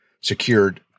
secured